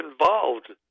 involved